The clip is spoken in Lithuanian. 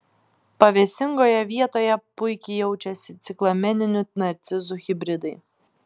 pavėsingoje vietoje puikiai jaučiasi ciklameninių narcizų hibridai